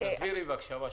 תסבירי בבקשה.